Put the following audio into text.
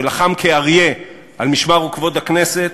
שלחם כאריה על משמר וכבוד הכנסת,